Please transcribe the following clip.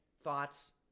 thoughts